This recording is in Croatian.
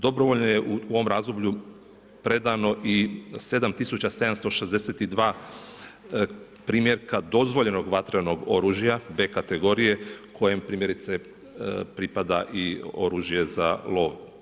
Dobrovoljno je u ovom razdoblju predano i 7 tisuća 762 primjerka dozvoljenog vatrenog oružja B kategorije kojem primjerice pripada i oružje za lov.